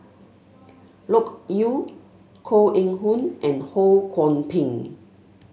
Loke Yew Koh Eng Hoon and Ho Kwon Ping